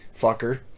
fucker